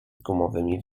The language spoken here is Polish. gumowymi